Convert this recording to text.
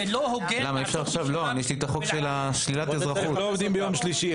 זה לא הוגן לעשות --- הם לא עובדים ביום שלישי.